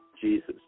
Jesus